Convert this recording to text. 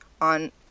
on